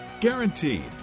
Guaranteed